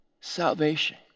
salvation